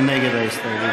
מי נגד ההסתייגות?